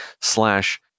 slash